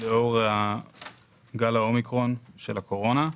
לאור גל האומיקרון של הקורונה.